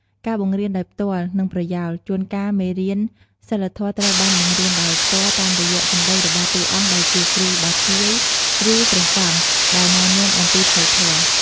ការបង្រៀនដោយផ្ទាល់ និងប្រយោល ជួនកាលមេរៀនសីលធម៌ត្រូវបានបង្រៀនដោយផ្ទាល់តាមរយៈ សម្តីរបស់តួអង្គដែលជាគ្រូបាធ្យាយ ឬព្រះសង្ឃ ដែលណែនាំអំពីផ្លូវធម៌។